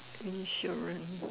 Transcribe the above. insurance